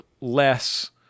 less